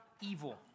evil